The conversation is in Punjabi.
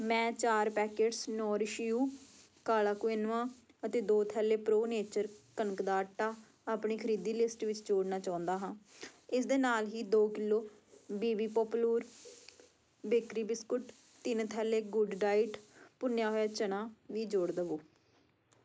ਮੈਂ ਚਾਰ ਪੈਕੇਟਸ ਨੋਰਿਸ਼ ਯੂ ਕਾਲਾ ਕੁਇਨੋਆ ਅਤੇ ਦੋ ਥੈਲੈ ਪ੍ਰੋ ਨੇਚਰ ਕਣਕ ਦਾ ਆਟਾ ਆਪਣੀ ਖਰੀਦੀ ਲਿਸਟ ਵਿੱਚ ਜੋੜਨਾ ਚਾਹੁੰਦਾ ਹਾਂ ਇਸ ਦੇ ਨਾਲ ਹੀ ਦੋ kilo B B popular bakery biscuit ਤਿੰਨ ਥੈਲੈ ਗੁੱਡ ਡਾਇਟ ਭੁੰਨਿਆ ਹੋਇਆ ਚਨਾ ਵੀ ਜੋੜ ਦੇਵੋ